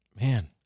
Man